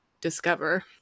discover